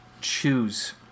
choose